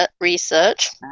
research